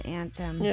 anthem